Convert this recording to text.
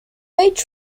age